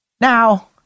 Now